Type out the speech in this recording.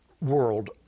world